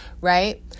right